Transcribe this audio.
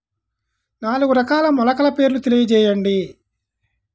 నాలుగు రకాల మొలకల పేర్లు తెలియజేయండి?